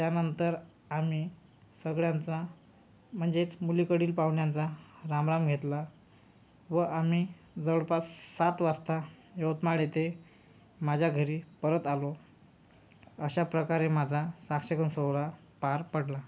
त्यानंतर आम्ही सगळ्यांचा म्हणजेच मुलीकडील पाहुण्यांचा रामराम घेतला व आम्ही जवळपास सात वाजता यवतमाळ येथे माझ्या घरी परत आलो अशाप्रकारे माझा साक्षगंध सोहळा पार पडला